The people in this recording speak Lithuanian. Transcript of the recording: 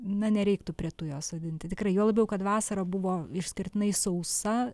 na nereiktų prie tujos sodinti tikrai juo labiau kad vasara buvo išskirtinai sausa